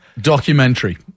documentary